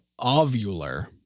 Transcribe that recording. ovular